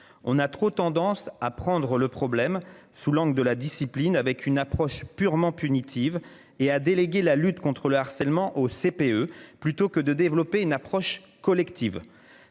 On a trop tendance à prendre le problème sous l'angle de la discipline avec une approche purement punitive et a délégué la lutte contre le harcèlement au CPE plutôt que de développer une approche collective,